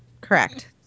correct